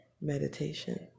meditation